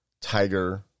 Tiger